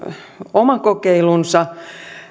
oma kokeilunsa